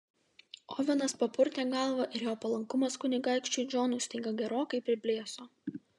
ovenas papurtė galvą ir jo palankumas kunigaikščiui džonui staiga gerokai priblėso